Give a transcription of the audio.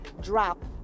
drop